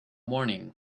morning